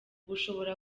ushobora